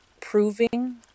proving